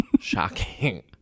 Shocking